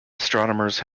astronomers